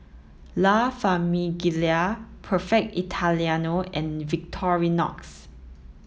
La Famiglia Perfect Italiano and Victorinox